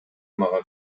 мага